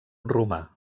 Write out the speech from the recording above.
romà